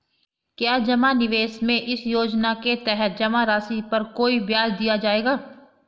क्या जमा निवेश में इस योजना के तहत जमा राशि पर कोई ब्याज दिया जाएगा?